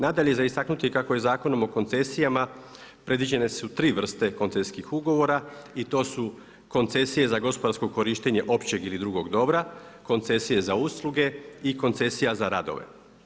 Nadalje je za istaknuti kako je Zakonom o koncesijama predviđene su tri vrste koncesijskih ugovora i to su koncesije za gospodarsko korištenje općeg ili drugog dobra, koncesije za usluge i koncesija za radove.